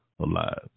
alive